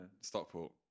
Stockport